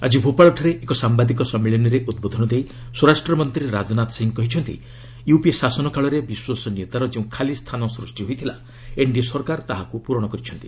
ଆଜି ଭୋପାଳଠାରେ ଏକ ସାମ୍ବାଦିକ ସମ୍ମିଳନୀରେ ଉଦ୍ବୋଧନ ଦେଇ ସ୍ୱରାଷ୍ଟ୍ରମନ୍ତ୍ରୀ ରାଜନାଥ ସିଂ କହିଛନ୍ତି ୟୁପିଏ ଶାସନକାଳରେ ବିଶ୍ୱସନୀୟତାର ଯେଉଁ ଖାଲି ସ୍ଥାନ ସୃଷ୍ଟି ହୋଇଥିଲା ଏନ୍ଡିଏ ସରକାର ତାହା ପୂରଣ କରିଛନ୍ତି